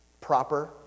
proper